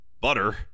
butter